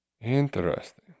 Interesting